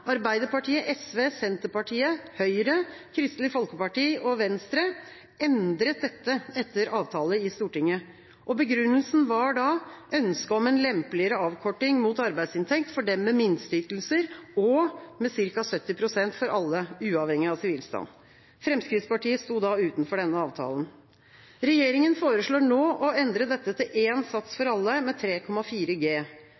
Arbeiderpartiet, SV, Senterpartiet, Høyre, Kristelig Folkeparti og Venstre – endret dette etter avtale i Stortinget. Begrunnelsen var da ønsket om en lempeligere avkorting mot arbeidsinntekt for dem med minsteytelser, og med ca. 70 pst. for alle, uavhengig av sivilstand. Fremskrittspartiet sto da utenfor denne avtalen. Regjeringa foreslår nå å endre dette til én sats